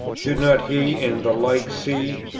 should not he and the like see,